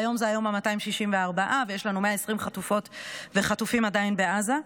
היום זה היום ה-264 ויש לנו 120 חטופות וחטופים עדיין בעזה.